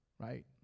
Right